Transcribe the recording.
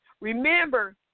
Remember